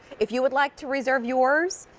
if you would like to reserve yours,